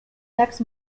next